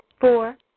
Four